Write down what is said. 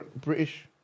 British